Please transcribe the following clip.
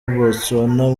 botswana